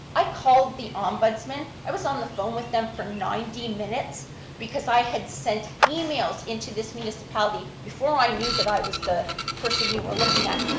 i called the ombudsman, i was on the phone with them for ninety minutes because i had sent emails into this municipality before i knew that i was the person you were looking at,